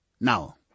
Now